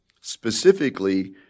specifically